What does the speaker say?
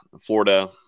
Florida